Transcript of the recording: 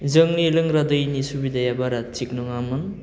जोंनि लोंग्रा दैनि सुबिदाया बारा थिग नङामोन